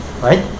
right